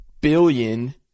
billion